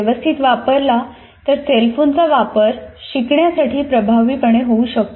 व्यवस्थित वापरला तर सेल फोन चा वापर शिकण्यासाठी प्रभावीपणे होऊ शकतो